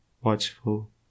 watchful